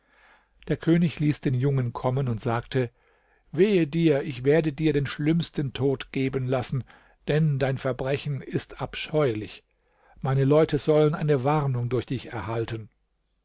der könig ließ den jungen kommen und sagte wehe dir ich werde dir den schlimmsten tod geben lassen denn dein verbrechen ist abscheulich meine leute sollen eine warnung durch dich erhalten